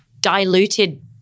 diluted